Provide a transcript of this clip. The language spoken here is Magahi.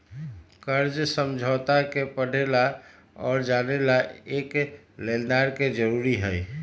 कर्ज समझौता के पढ़े ला और जाने ला एक लेनदार के जरूरी हई